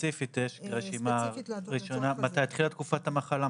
ספציפית יש רשימה ראשונה מתי התחילה תקופת המחלה,